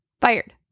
Fired